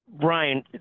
Brian